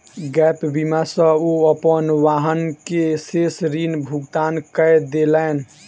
gap बीमा सॅ ओ अपन वाहन के शेष ऋण भुगतान कय देलैन